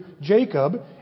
Jacob